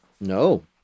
No